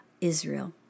Israel